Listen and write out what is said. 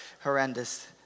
horrendous